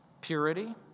Purity